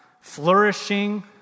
flourishing